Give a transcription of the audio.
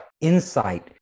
insight